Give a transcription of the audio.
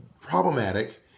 problematic